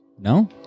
No